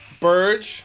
Burge